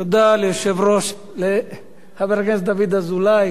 תודה לחבר הכנסת דוד אזולאי.